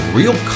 real